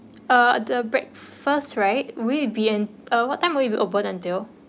uh the breakfast right will it be an uh what time will it be open until